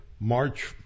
March